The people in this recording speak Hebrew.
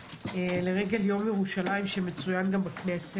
30 במאי 2022. הדיון היום מתקיים לרגל יום ירושלים שמצוין גם בכנסת,